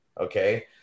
Okay